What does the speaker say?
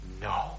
No